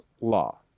Law